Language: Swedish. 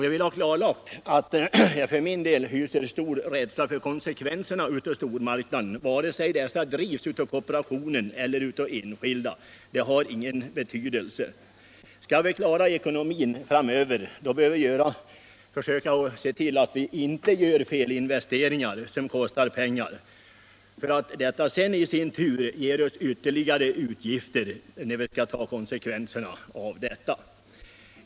Jag vill klart säga ifrån att jag för min del hyser stor rädsla för konsekvenserna av stormarknaderna, vare sig dessa drivs av kooperationen eller enskilt — det har ingen betydelse. Skall vi klara ekonomin framöver bör vi försöka se till att vi inte gör felinvesteringar som kostar pengar och som i sin tur ger oss ytterligare utgifter när vi skall ta konsekvenserna av dem.